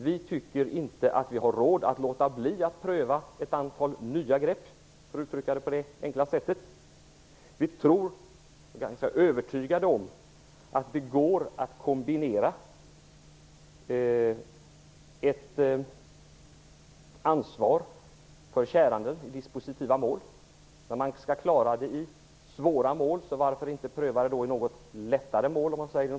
Vi tycker inte att vi har råd att låta bli att pröva ett antal nya grepp. Vi är ganska övertygade om att det går att kombinera ett ansvar för käranden i dispositiva mål. Man skall klara det i svårare mål, så varför inte pröva det i lättare mål.